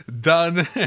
done